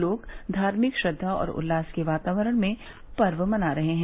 लोग धार्मिक श्रद्वा और उल्लास के वातावरण में पर्व मना रहे हैं